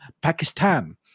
Pakistan